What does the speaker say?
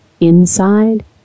inside